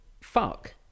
fuck